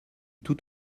tout